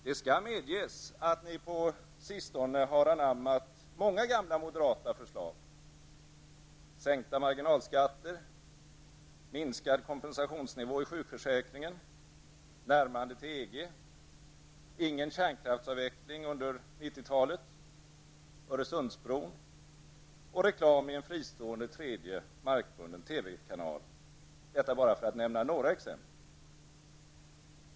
Det skall medges att ni på sistone har anammat många gamla moderata förslag: sänkta marginalskatter, minskad kompensationsnivå i sjukförsäkringen, närmande till EG, ingen kärnkraftsavveckling under 1990 talet, Öresundsbro och reklam i en fristående tredje markbunden TV-kanal, för att bara nämna några exempel.